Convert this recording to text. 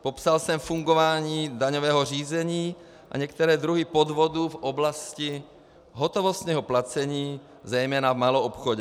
Popsal jsem fungování daňového řízení a některé druhy podvodů v oblasti hotovostního placení, zejména v maloobchodě.